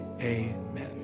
amen